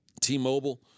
T-Mobile